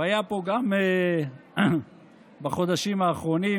ובחודשים האחרונים